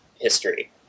history